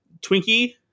Twinkie